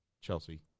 Chelsea